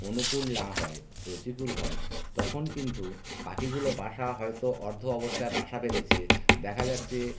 অনুকূল না হয় প্রতিফুল হয় তখন কিন্তু পাখিগুলো বাসা হয়তো অর্ধ অবস্থায় বাসা বেঁধেছে দেখা যাচ্ছে